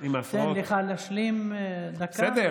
אני אתן לך להשלים דקה וזהו.